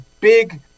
big